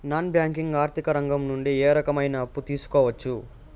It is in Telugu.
నాన్ బ్యాంకింగ్ ఆర్థిక రంగం నుండి ఏ రకమైన అప్పు తీసుకోవచ్చు?